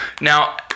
Now